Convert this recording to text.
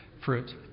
Fruit